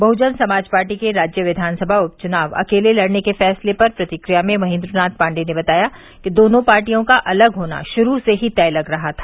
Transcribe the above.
बहुजन Samaj party के राज्य विधानसभा उपचुनाव अकेले लड़ने के फैसले पर प्रतिक्रिया में महेन्द्रनाथ पांडेय ने बताया कि दोनों पार्टियों का अलग होना शुरू से ही तय लग रहा था